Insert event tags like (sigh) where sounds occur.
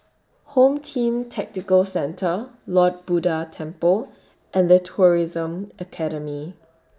(noise) Home Team Tactical Centre Lord Buddha Temple and The Tourism Academy